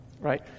right